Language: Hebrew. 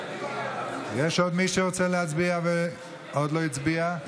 נגד יש עוד מי שרוצה להצביע ועוד לא הצביע?